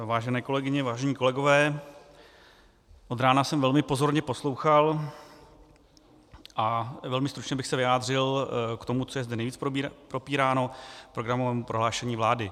Vážené kolegyně, vážení kolegové, od rána jsem velmi pozorně poslouchal a velmi stručně bych se vyjádřil k tomu, co je zde nejvíc propíráno, programové prohlášení vlády.